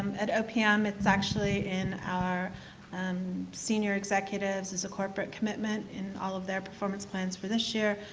at opm, it is actually in our um senior executives as a corporate commitment in all of their performance plans for this year,